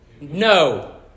No